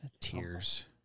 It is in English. Tears